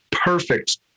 Perfect